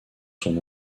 son